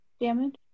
damage